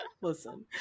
Listen